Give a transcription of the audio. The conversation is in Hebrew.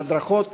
בהדרכות,